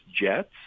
Jets